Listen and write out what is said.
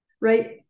Right